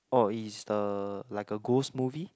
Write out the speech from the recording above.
oh is the like a ghost movie